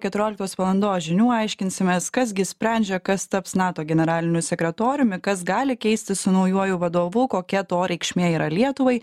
keturioliktos valandos žinių aiškinsimės kas gi sprendžia kas taps nato generaliniu sekretoriumi kas gali keistis su naujuoju vadovu kokia to reikšmė yra lietuvai